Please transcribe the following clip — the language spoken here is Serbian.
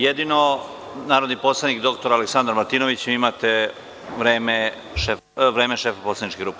Jedino narodni poslanik dr Aleksandar Martinović, vi imate vreme šefa poslaničke grupe.